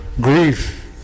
grief